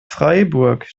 freiburg